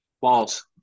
False